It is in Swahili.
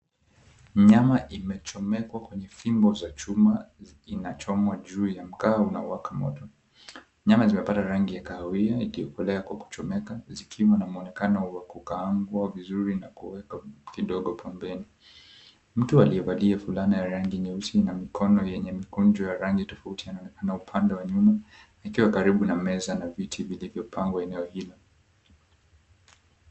Nyama imechomekwa kwenye fimbo za chuma inachomwa juu ya makaa unaowaka moto. Nyama zimepata rangi ya kahawia iliyokolea kwa kuchomeka zikiwa na mwonekano wa kukaangwa vizuri na kuwekwa kidogo pembeni. Mtu aliyevalia fulana ya rangi nyeusi na mikono yenye mikunchu ya rangi tofauti inaonekana upande wa nyuma ikiwa karibu na meza na viti vilivyopangwa.